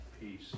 peace